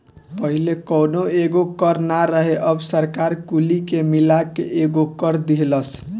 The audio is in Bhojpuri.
पहिले कौनो एगो कर ना रहे अब सरकार कुली के मिला के एकेगो कर दीहलस